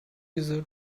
user